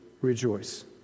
rejoice